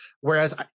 whereas